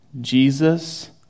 Jesus